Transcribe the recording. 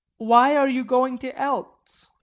why are you going to eltz?